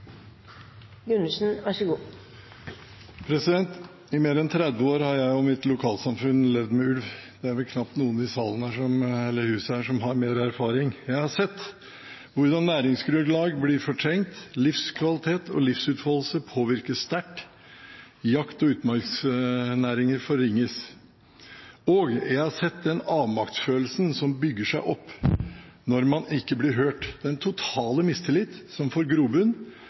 mitt lokalsamfunn levd med ulv. Det er vel knapt noen i huset her som har mer erfaring. Jeg har sett hvordan næringsgrunnlag blir fortrengt, livskvalitet og livsutfoldelse påvirkes sterkt, jakt- og utmarksnæringer forringes. Og jeg har sett den avmaktsfølelsen som bygger seg opp når man ikke blir hørt, den totale mistillit som får grobunn,